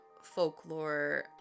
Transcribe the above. folklore